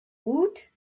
woot